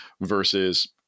versus